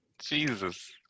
Jesus